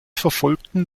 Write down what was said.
verfolgten